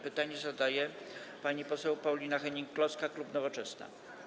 Pytanie zadaje pani poseł Paulina Hennig-Kloska, klub Nowoczesna.